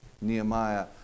Nehemiah